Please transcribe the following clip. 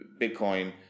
Bitcoin